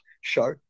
show